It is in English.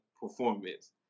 performance